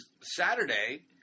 Saturday